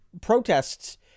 protests